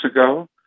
ago